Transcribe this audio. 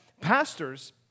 pastors